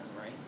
right